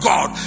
God